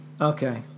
Okay